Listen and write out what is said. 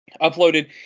uploaded